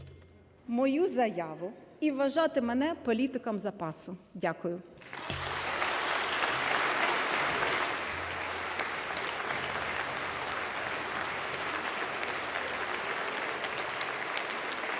мою заяву і вважати мене політиком запасу. Дякую.